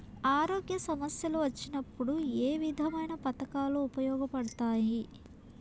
ఆరోగ్య సమస్యలు వచ్చినప్పుడు ఏ విధమైన పథకాలు ఉపయోగపడతాయి